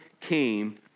came